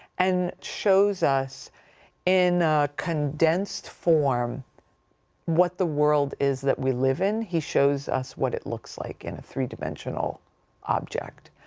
and shows us in in a condensed form what the world is that we live in. he shows us what it looks like in a three dimensional object.